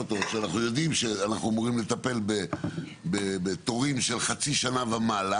וכשאנחנו יודעים שאנחנו אמורים לטפל בתורים של חצי שנה ומעלה